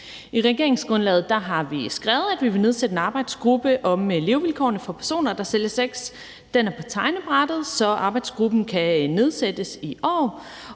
I regeringsgrundlaget har vi skrevet, at vi vil nedsætte en arbejdsgruppe om levevilkårene for personer, der sælger sex. Den er på tegnebrættet, så arbejdsgruppen kan nedsættes i år,